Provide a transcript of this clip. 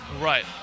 Right